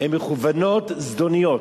הן מכוונות, זדוניות.